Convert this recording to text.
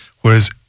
Whereas